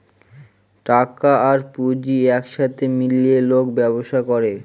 টাকা আর পুঁজি এক সাথে মিলিয়ে লোক ব্যবসা করে